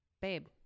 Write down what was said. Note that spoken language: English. babe